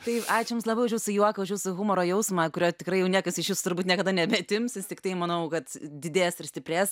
tai ačiū jums labai už jūsų juoką už jūsų humoro jausmą kurio tikrai jau niekas iš jūsų turbūt niekada nebeatims jis tiktai manau kad didės ir stiprės